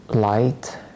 Light